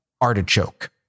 Artichoke